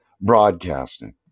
broadcasting